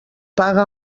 paga